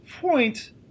point